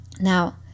Now